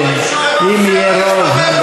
אם יהיה רוב,